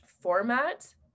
format